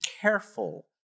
careful